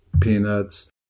peanuts